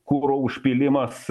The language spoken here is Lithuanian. kuro užpylimas